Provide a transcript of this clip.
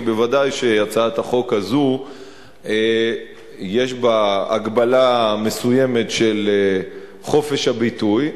כי ודאי שהצעת החוק הזאת יש בה הגבלה מסוימת של חופש הביטוי.